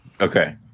Okay